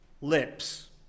lips